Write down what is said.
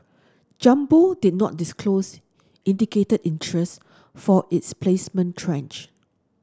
Jumbo did not disclose indicated interest for its placement tranche